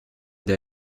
der